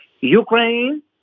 Ukraine